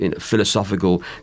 philosophical